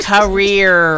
Career